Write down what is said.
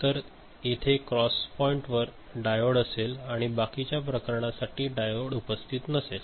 तर येथे क्रॉसपॉईंटवर डायोड असेल आणि बाकीच्या प्रकरणासाठी डायोड उपस्थित नसेल